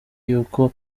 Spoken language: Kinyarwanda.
y’uko